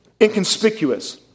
inconspicuous